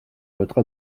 votre